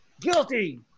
guilty